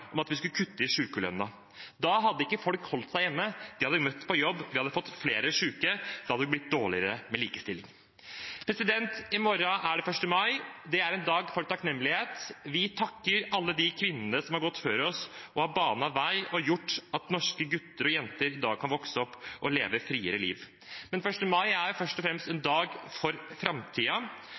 kutte i sykelønnen. Da hadde ikke folk holdt seg hjemme – de hadde møtt på jobb, vi hadde fått flere syke, og likestillingen hadde blitt svekket. I morgen er det 1. mai. Det er en dag for takknemlighet. Vi takker alle de kvinnene som har gått før oss, som har banet vei, og som har gjort at norske gutter og jenter kan vokse opp og leve friere liv. Men 1. mai er først og fremst en dag for